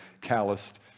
calloused